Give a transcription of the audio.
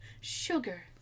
Sugar